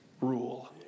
rule